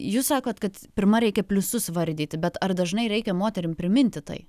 jūs sakot kad pirma reikia pliusus vardyti bet ar dažnai reikia moterim priminti tai